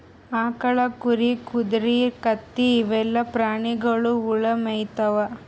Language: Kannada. ಆಕಳ್, ಕುರಿ, ಕುದರಿ, ಕತ್ತಿ ಇವೆಲ್ಲಾ ಪ್ರಾಣಿಗೊಳ್ ಹುಲ್ಲ್ ಮೇಯ್ತಾವ್